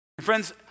Friends